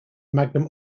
magnum